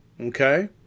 Okay